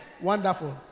Wonderful